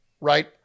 right